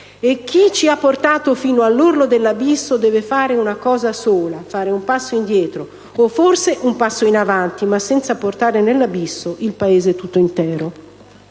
e chi ci ha portato fino all'orlo dell'abisso deve fare una cosa sola: fare un passo indietro, o forse un passo in avanti, ma senza portare nell'abisso il Paese tutto intero.